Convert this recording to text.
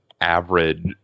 average